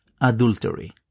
adultery